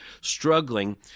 struggling